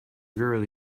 girl